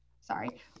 Sorry